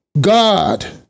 God